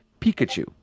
Pikachu